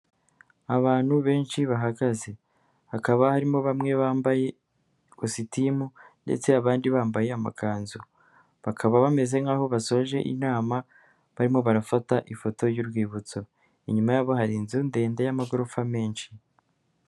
Abantu benshi bahagaze. Hakaba harimo bamwe bambaye kositimu ndetse abandi bambaye amakanzu. Bakaba bameze nk'aho basoje inama barimo barafata ifoto y'urwibutso, inyuma yabo hari inzu ndende y'amagorofa menshi.